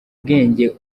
bwenge